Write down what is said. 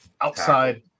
outside